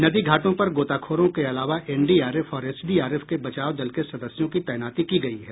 नदी घाटों पर गोताखोरों के अलावा एनडीआरएफ और एसडीआरएफ के बचाव दल के सदस्यों की तैनाती की गयी है